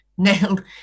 nailed